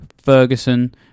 Ferguson